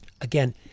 Again